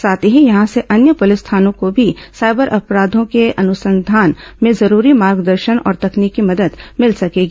साथ ही यहां से अन्य पुलिस थानों को भी साइबर अपराधों के अनुसंधान में जरूरी मार्गदर्शन और तकनीकी मदद मिल सकेगी